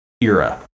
era